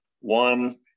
One